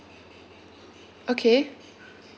okay